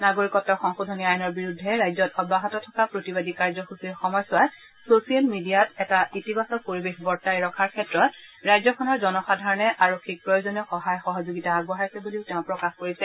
নাগৰিকত্ব সংশোধনী আইনৰ বিৰুদ্ধে ৰাজ্যত অব্যাহত থকা প্ৰতিবাদী কাৰ্যসূচীৰ সময়ছোৱাত ছচিয়েল মিডিয়াত এটা ইতিবাচক পৰিবেশ বৰ্তাই ৰখাৰ ক্ষেত্ৰত ৰাজ্যখনৰ জনসাধাৰণে আৰক্ষীক প্ৰয়োজনীয় সহায় সহযোগিতা আগবঢ়াইছে বুলিও তেওঁ প্ৰকাশ কৰিছে